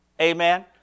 Amen